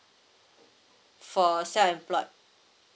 for self employed